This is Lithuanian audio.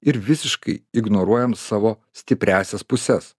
ir visiškai ignoruojam savo stipriąsias puses